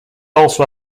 also